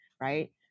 right